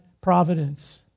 providence